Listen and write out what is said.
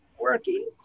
working